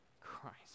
Christ